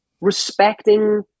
respecting